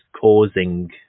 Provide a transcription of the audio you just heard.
causing